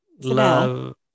Love